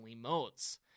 modes